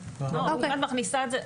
אם את מכניסה את זה,